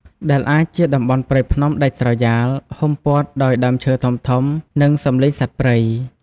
ដែលអាចជាតំបន់ព្រៃភ្នំដាច់ស្រយាល ហ៊ុមព័ទ្ធដោយដើមឈើធំៗ និងសំឡេងសត្វព្រៃ។